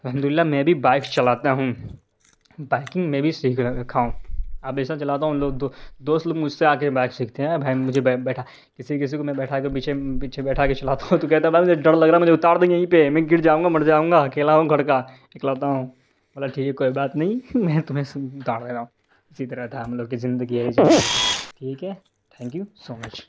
الحمد للہ میں بھی بائک چلاتا ہوں بائکنگ میں بھی سیکھ رکھا ہوں اب ایسا چلاتا ہوں ان لوگ دوست لوگ مجھ سے آ کے بائک سیکھتے ہیں بھائی مجھے بیٹھا کسی کسی کو میں بیٹھا کے پیچھے پیچھے بیٹھا کے چلاتا ہوں تو کہتا ہے بھائی مجھے ڈر لگ رہا ہے مجھے اتار دو یہیں پہ میں گر جاؤں گا مر جاؤں گا اکیلا ہوں گھر کا اکلوتا ہوں بولا ٹھیک ہے کوئی بات نہیں میں تمہیں اتار رہا ہوں اسی طرح تھا ہم لوگ کی زندگی ایسی ہی ہے ٹھیک ہے تھینک یو سو مچ